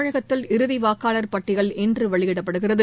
தமிழகத்தில் இறுதி வாக்காளர் பட்டியல் இன்று வெளியிடப்படுகிறது